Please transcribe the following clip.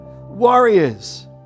warriors